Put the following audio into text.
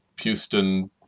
Houston